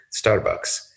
Starbucks